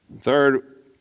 Third